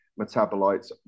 metabolites